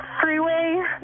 freeway